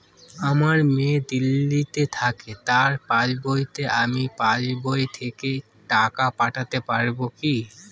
আমার মেয়ে দিল্লীতে থাকে তার পাসবইতে আমি পাসবই থেকে টাকা পাঠাতে পারব কি?